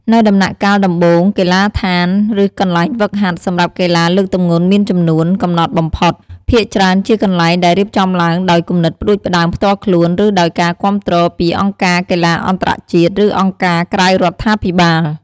នៅដំណាក់កាលដំបូង កីឡាដ្ឋាន ឬកន្លែងហ្វឹកហាត់ សម្រាប់កីឡាលើកទម្ងន់មានចំនួន កំណត់បំផុត។ ភាគច្រើនជាកន្លែងដែលរៀបចំឡើងដោយគំនិតផ្តួចផ្តើមផ្ទាល់ខ្លួន ឬដោយការគាំទ្រពីអង្គការកីឡាអន្តរជាតិ ឬអង្គការក្រៅរដ្ឋាភិបាល។